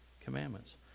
commandments